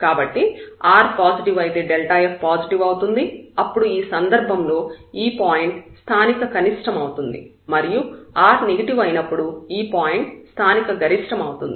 కాబట్టి r positive అయితే f positive అవుతుంది అప్పుడు ఈ సందర్భంలో ఈ పాయింట్ స్థానిక కనిష్టమవుతుంది మరియు r నెగటివ్ అయినప్పుడు ఈ పాయింట్ స్థానిక గరిష్టమవుతుంది